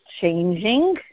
changing